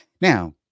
Now